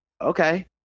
okay